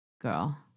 girl